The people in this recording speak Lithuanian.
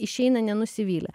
išeina nenusivylę